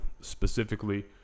specifically